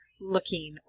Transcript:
looking